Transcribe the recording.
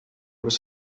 was